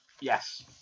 yes